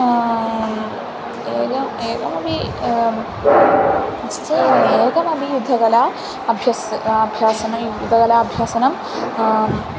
एकं एकमपि निश्चयेन एकमपि युद्धकला अभ्यासः अभ्यासः युद्धकलाभ्यासः